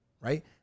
right